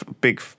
big